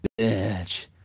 bitch